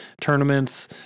tournaments